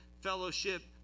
fellowship